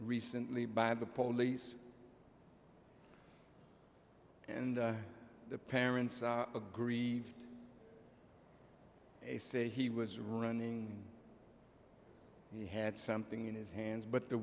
recently by the police and the parents agree they say he was running he had something in his hands but the